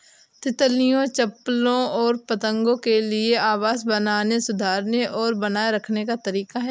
तितलियों, चप्पलों और पतंगों के लिए आवास बनाने, सुधारने और बनाए रखने का तरीका है